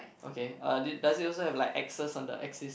okay uh did does it also have like axes on the axis